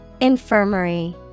Infirmary